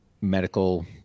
medical